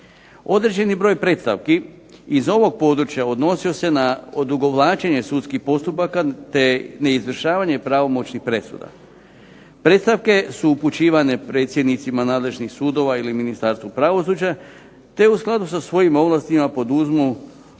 Određeni broj predstavki iz ovog područja odnosio se na odugovlačenje sudskih postupaka, te neizvršavanje pravomoćnih presuda. Predstavke su upućivane predsjednicima nadležnih sudova ili Ministarstvu pravosuđa, te u skladu sa svojim ovlastima poduzmu